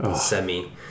semi